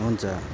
हुन्छ